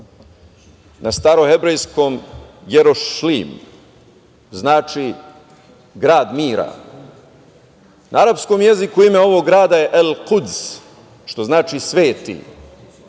na starom hebrejskom „jerošlim“ znači grad mira. Na arapskom jeziku ime ovog grada je „elkuds“ što znači sveti.